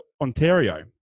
Ontario